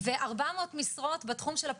אז אני באמת מודה על כל מה שעשיתם,